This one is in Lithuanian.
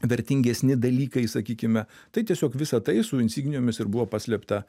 vertingesni dalykai sakykime tai tiesiog visa tai su insignijomis ir buvo paslėpta